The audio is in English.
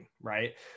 right